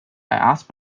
asked